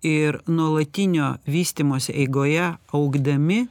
ir nuolatinio vystymosi eigoje augdami